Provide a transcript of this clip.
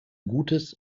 gutes